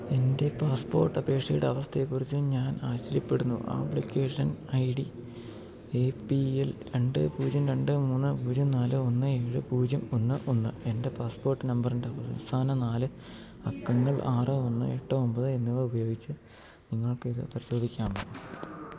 എന്റെ പാസ്പോര്ട്ടപേക്ഷയുടെ അവസ്ഥയെക്കുറിച്ച് ഞാൻ ആശ്ചര്യപ്പെടുന്നു application I D A P L രണ്ട് പൂജ്യം രണ്ട് മൂന്ന് പൂജ്യം നാല് ഒന്ന് ഏഴ് പൂജ്യം ഒന്ന് ഒന്ന് എന്റെ പാസ്പോര്ട്ട് നമ്പറിന്റെ അവസാന നാല് അക്കങ്ങൾ ആറ് ഒന്ന് എട്ട് ഒമ്പത് എന്നിവ ഉപയോഗിച്ച് നിങ്ങൾക്കിത് പരിശോധിക്കാമോ